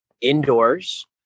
indoors